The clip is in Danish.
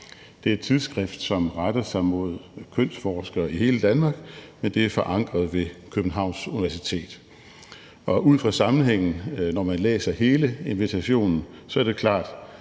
Det er et tidsskrift, som retter sig mod kønsforskere i hele Danmark, men det er forankret ved Københavns Universitet. Ud fra sammenhængen, når man læser hele invitationen, er det klart,